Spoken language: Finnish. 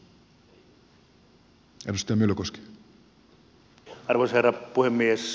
arvoisa herra puhemies